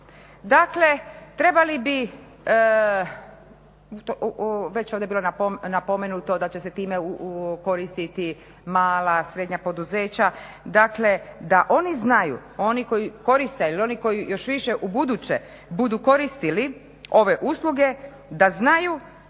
Dakle, trebali bi, već je ovdje bilo napomenuto da će se time okoristiti mala, srednja poduzeća. Dakle, da oni znaju, oni koji koriste ili oni koji još više u buduće budu koristili ove usluge da znaju